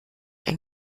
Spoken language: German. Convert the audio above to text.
ein